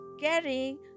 carrying